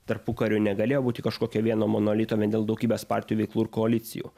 tarpukariu negalėjo būti kažkokio vieno monolito vien dėl daugybės partijų veiklą ir koalicijų